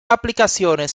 aplicaciones